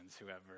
whoever